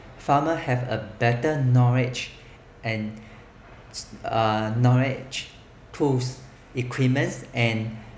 farmer have a better knowledge and(uh) knowledge tools equipment and